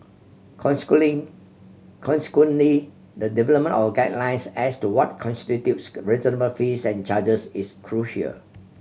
consequently consequently the development of guidelines as to what constitutes reasonable fees and charges is crucial